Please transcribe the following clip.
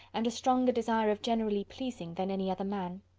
and a stronger desire of generally pleasing, than any other man.